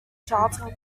charlton